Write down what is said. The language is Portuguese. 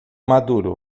maduro